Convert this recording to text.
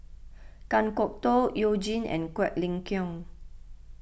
Kan Kwok Toh You Jin and Quek Ling Kiong